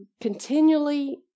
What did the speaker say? continually